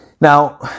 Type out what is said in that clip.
Now